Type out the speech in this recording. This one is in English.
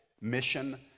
mission